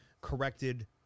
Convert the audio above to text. corrected